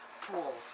Pools